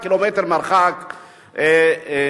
6 קילומטר מרחק מהשכונה.